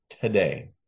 today